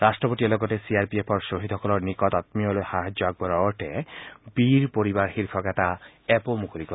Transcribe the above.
ৰাষ্ট্ৰপতিয়ে লগতে C R P এফৰ শ্বহীদসকলৰ নিকট আমীয়লৈ সাহায্য আগবঢ়োৱাৰ অৰ্থে বীৰ পৰিবাৰ শীৰ্ষক এটা এপঅ মুকলি কৰে